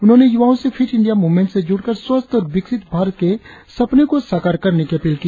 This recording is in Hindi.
उन्होंने युवाओ से फिट इंडिया मुवमेंट से जुड़कर स्वस्थ और विकसित भारत के सपने को साकार करने की अपील की